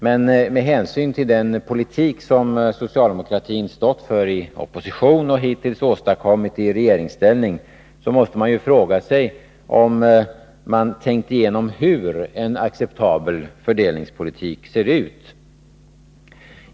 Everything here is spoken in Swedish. Men med hänsyn till den politik socialdemokratin stått för i opposition och hittills åstadkommit i regeringsställning måste jag fråga mig, om man har tänkt igenom hur en acceptabel fördelningspolitik ser ut.